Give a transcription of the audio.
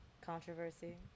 Controversy